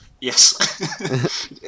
Yes